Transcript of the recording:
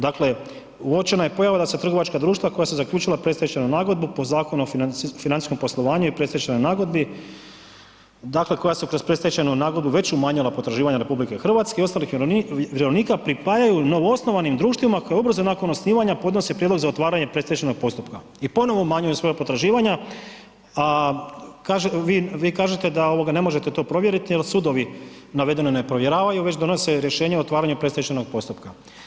Dakle, uočena je pojava da se trgovačka društva koja su zaključila predstečajnu nagodbu po Zakonu o financijskom poslovanju i predstečajnoj nagodbi, dakle koja su kroz predstečajnu nagodbu već umanjila potraživanja RH i ostalih vjerovnika, pripajaju novoosnovanim društvima koja ubrzo nakon osnivanja podnose prijedlog za otvaranje predstečajnog postupka i ponovo umanjuju svoja potraživanja, a vi kažete da ovoga ne možete to provjeriti jer sudovi navedeno ne provjeravaju već donose rješenje o otvaranju predstečajnog postupka.